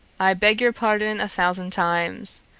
i beg your pardon a thousand times.